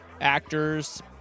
actors